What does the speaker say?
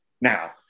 Now